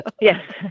Yes